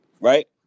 right